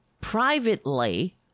privately